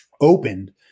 opened